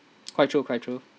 quite true quite true